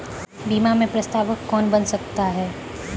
बीमा में प्रस्तावक कौन बन सकता है?